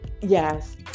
yes